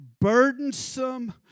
burdensome